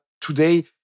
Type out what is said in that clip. today